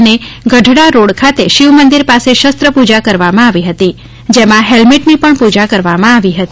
અને ગઢડા રોડ ખાતે શિવમંદિર પાસે શસ્ત્રપૂજા કરવામાં આવી હતી જેમાં હેલમેટની પણ પૂજા કરવામાં આવી હતી